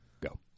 go